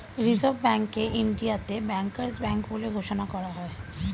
reserve ব্যাঙ্ককে ইন্ডিয়াতে bankers bank বলে ঘোষণা করা হয়